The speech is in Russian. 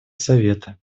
совета